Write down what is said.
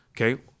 okay